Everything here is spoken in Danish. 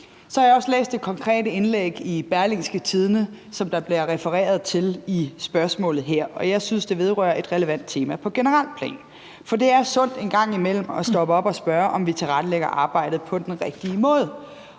Så har jeg også læst det konkrete indlæg i Berlingske, som der bliver refereret til i spørgsmålet her, og jeg synes, det vedrører et relevant tema på et generelt plan, for det er sundt en gang imellem at stoppe op og spørge, om vi tilrettelægger arbejdet på den rigtige måde.